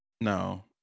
No